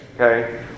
okay